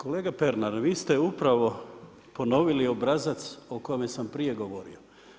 Kolega Pernar, vi ste upravo ponovili obrazac o kojem sam prije govorio.